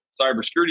cybersecurity